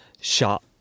shot